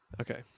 Okay